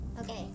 Okay